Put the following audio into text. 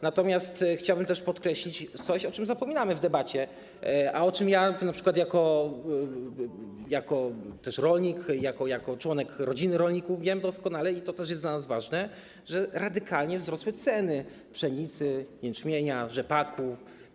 Natomiast chciałbym też podkreślić coś, o czym zapominamy w debacie, a o czym np. ja jako też rolnik, jako członek rodziny rolników wiem doskonale, i to też jest dla nas ważne, że radykalnie wzrosły ceny pszenicy, jęczmienia, rzepaku.